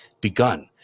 begun